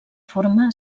forma